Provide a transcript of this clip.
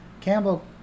Campbell